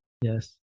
yes